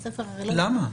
למה?